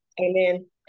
Amen